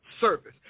service